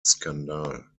skandal